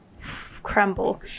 crumble